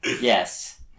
Yes